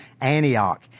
Antioch